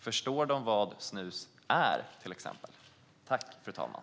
Förstår man till exempel vad snus är?